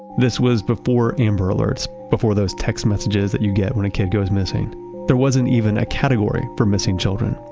this was before amber alerts, before those text messages that you get when a kid goes missing there wasn't even a category for missing children.